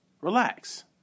Relax